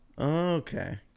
Okay